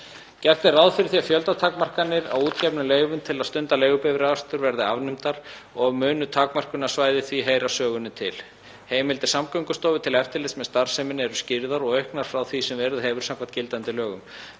Gert er ráð fyrir því að fjöldatakmarkanir á útgefnum leyfum til að stunda leigubifreiðaakstur verði afnumdar og munu takmörkunarsvæði því heyra sögunni til. Heimildir Samgöngustofu til eftirlits með starfseminni eru skýrðar og auknar frá því sem verið hefur. Samkvæmt gildandi lögum